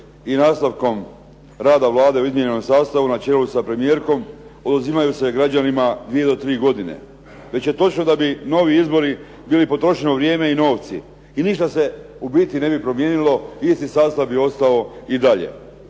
i nastavkom rada Vlade u izmijenjenom sastavu na čelu sa premijerkom, oduzimaju se građanima dvije do tri godine. Već je točno da bi novi izbori bilo potrošeno vrijeme i novci. I ništa se u biti ne bi promijenilo. Isti sastav je ostao i dalje.